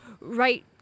right